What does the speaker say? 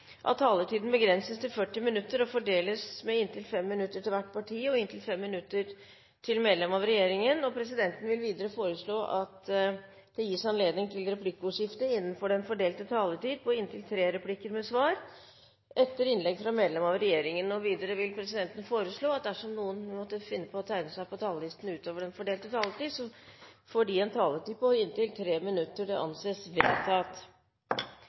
at taletiden begrenses til 40 minutter og fordeles med inntil 5 minutter til hvert parti og inntil 5 minutter til medlem av regjeringen. Videre vil presidenten foreslå at det blir gitt anledning til replikkordskifte på inntil fem replikker med svar etter innlegg fra medlem av regjeringen innenfor den fordelte taletid. Videre vil presidenten foreslå at de som måtte tegne seg på talerlisten utover den fordelte taletid, får en taletid på inntil 3 minutter. – Det anses vedtatt.